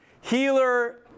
healer